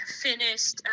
finished